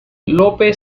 lope